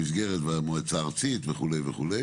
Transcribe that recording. במסגרת המועצה הארצית וכו' וכו'.